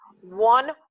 one